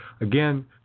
again